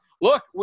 Look